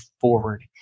forward